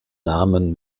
namen